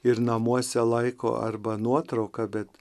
ir namuose laiko arba nuotrauką bet